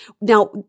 now